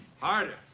Harder